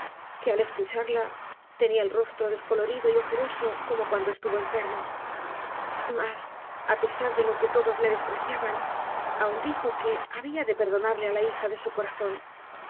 que al escucharla tenía el rostro descolorido y ojeroso como cuando estuvo enfermo mas á pesar de lo que todos me despreciaban aun dijo que había de perdonarle á la hija de su corazón